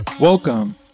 Welcome